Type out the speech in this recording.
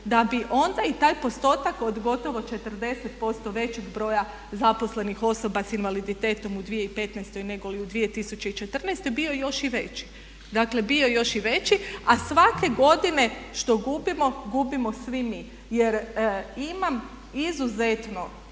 da bi onda i taj postotak od gotovo 40% većeg broja zaposlenih osoba s invaliditetom u 2015. nego li u 2014. bio još i veći, dakle, bio još i veći. A svake godine što gubimo, gubimo svi mi. Jer imam izuzetno